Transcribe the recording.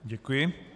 Děkuji.